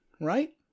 right